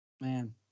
Man